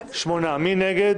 מי נגד?